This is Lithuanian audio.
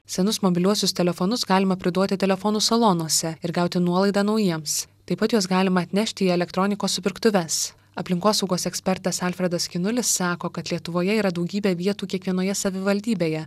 senus mobiliuosius telefonus galima priduoti telefonų salonuose ir gauti nuolaidą naujiems taip pat juos galima atnešti į elektronikos supirktuves aplinkosaugos ekspertas alfredas skinulis sako kad lietuvoje yra daugybė vietų kiekvienoje savivaldybėje